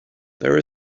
there